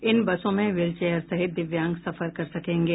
इन बसों में wheelchair सहित दिव्यांग सफर कर सकेंगे